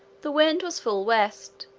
the wind was full west,